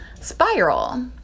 spiral